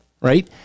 Right